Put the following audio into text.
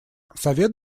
совет